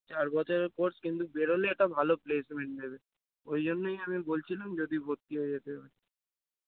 চার বছরের কোর্স কিন্তু বেরোলে একটা ভালো প্লেসমেন্ট নেবে ওই জন্যই আমি বলছিলাম যদি ভর্তি হয়ে যেতে পার